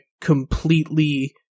completely